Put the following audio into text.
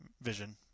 vision